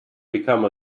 become